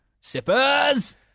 Sippers